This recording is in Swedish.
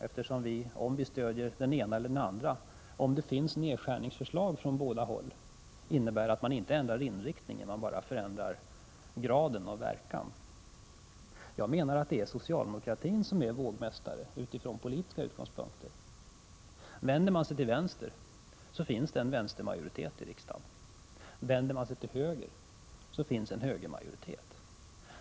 Om det finns nedskärning från båda sidor och vi stöder det ena eller det andra, innebär det inte att inriktningen ändras utan bara en förändring av graden av verkan. Jag menar att det är socialdemokraterna som från politiska utgångspunkter är vågmästare. Vänder man sig till vänster finns det en vänstermajoritet i riksdagen, och vänder man sig till höger finns det en högermajoritet.